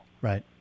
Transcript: Right